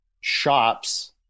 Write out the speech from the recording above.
shops